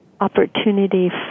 opportunity